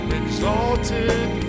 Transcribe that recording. exalted